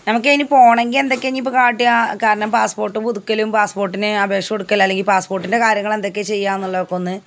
നമക്ക് അതിന് പോകണമെങ്കിൽ എന്തൊക്കെയാണ് ഇനി ഇപ്പം കാട്ടുക കാരണം പാസ്പ്പോട്ട് പുതുക്കലും പാസ്പോർട്ടിന് അപേഷ കൊടുക്കൽ അല്ലെങ്കി പാസ്പോർട്ടിൻ്റെ കാര്യങ്ങൾ എന്തൊക്കെയാണ് ചെയ്യുക എന്നുള്ളത് ഇപ്പോൾ ഒന്ന്